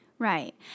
Right